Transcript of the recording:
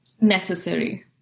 necessary